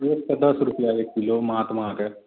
तेल तऽ दश रूपैआ मे एक किलो महात्माके